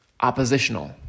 oppositional